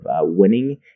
winning